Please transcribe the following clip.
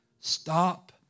Stop